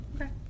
Okay